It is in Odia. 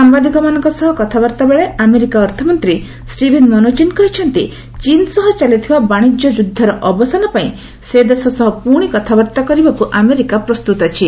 ସାମ୍ଭାଦିକମାନଙ୍କ ସହ କଥାବାର୍ତ୍ତାବେଳେ ଆମେରିକା ଅର୍ଥମନ୍ତ୍ରୀ ଷ୍ଟିଭେନ୍ ମନ୍ରଚିନ୍ କହିଛନ୍ତି ଚୀନ ସହ ଚାଲିଥିବା ବାଶିଜ୍ୟ ଯୁଦ୍ଧର ଅବସାନ ପାଇଁ ସେ ଦେଶ ସହ ପୁଣି କଥାବାର୍ତ୍ତା କରିବାକୁ ଆମେରିକା ପ୍ରସ୍ତୁତ ଅଛି